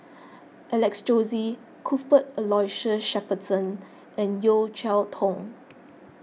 Alex Josey Cuthbert Aloysius Shepherdson and Yeo Cheow Tong